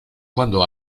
cuando